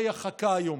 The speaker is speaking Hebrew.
מהי החכה היום?